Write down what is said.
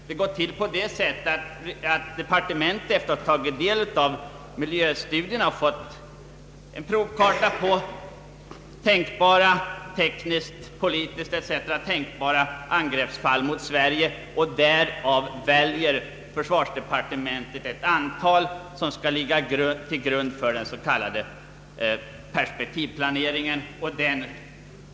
Den går till på det sättet att departementet, efter att ha tagit del av miljöstudierna och fått en provkarta på tekniskt, politiskt etc. tänkbara angreppsfall mot Sverige, av dessa väljer ett antal som skall ligga till grund för perspektivplaneringen. Dessa kallas ”dimensionerande angreppsfall”.